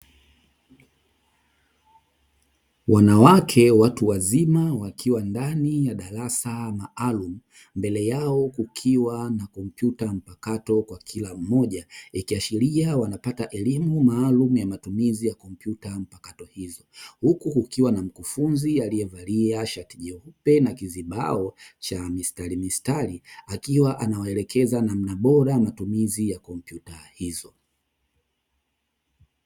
Wanawake watu wazima wakiwa ndani ya darasa maalumu mbele yao kukiwa na kompyuta mpakato kwa kila mmoja, ikiashiria wanapata elimu maalumu ya matumizi ya kompyuta mpakato hizo huku kukiwa na mkufunzi aliyevalia shati jeupe na kizibao cha mistari mistari akiwa anawaelekeza namna bora ya matumizi ya kompyuta hizo.